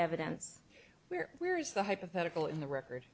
evidence where where is the hypothetical in the record